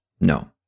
No